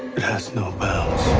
that has no bounds.